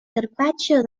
carpaccio